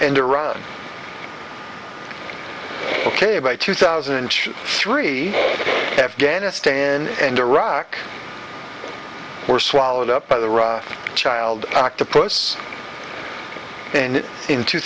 and iran ok by two thousand and three afghanistan and iraq were swallowed up by the rough child octopus and in two